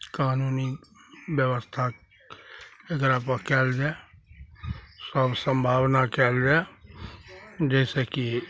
कानूनी व्यवस्था एकरापर कयल जाइ सब सम्भावना कयल जाइ जैसए की